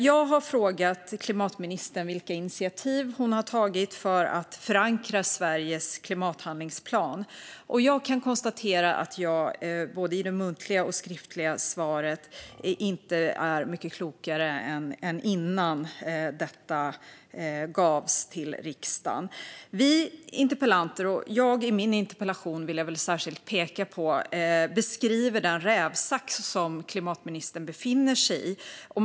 Jag har frågat klimatministern vilka initiativ hon har tagit för att förankra Sveriges klimathandlingsplan, och jag kan konstatera att jag efter att ha läst det skriftliga och hört det muntliga interpellationssvaret inte är mycket klokare än innan svaret gavs till riksdagen. Vi interpellanter - särskilt jag i min interpellation, vill jag väl peka på - beskriver den rävsax som klimatministern befinner sig i.